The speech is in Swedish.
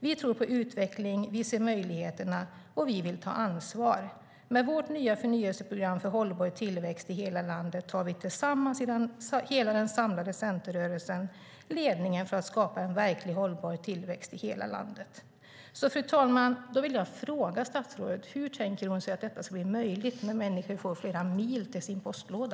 Vi tror på utveckling, vi ser möjligheterna och vi vill ta ansvar. Med vårt nya förnyelseprogram för hållbar tillväxt i hela landet tar vi, tillsammans i hela den samlade centerrörelsen, ledningen för att skapa en verkligt hållbar tillväxt i hela landet." Fru talman! Då vill jag fråga: Hur tänker sig statsrådet att detta ska bli möjligt när människor får flera mil till sin postlåda?